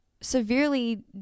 severely